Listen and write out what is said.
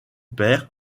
père